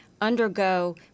undergo